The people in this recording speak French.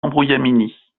embrouillamini